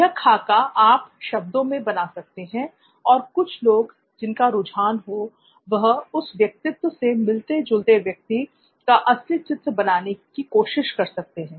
यह खाका आप शब्दों से बना सकते हैं और कुछ लोग जिनका रुझान हो वह उस व्यक्तित्व से मिलते जुलते व्यक्ति का असली चित्र बनाने की कोशिश कर सकते हैं